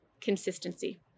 consistency